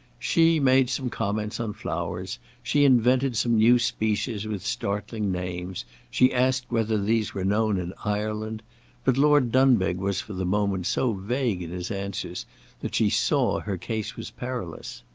she made some comments on flowers she invented some new species with startling names she asked whether these were known in ireland but lord dunbeg was for the moment so vague in his answers that she saw her case was perilous.